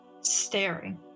Staring